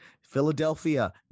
Philadelphia